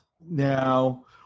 Now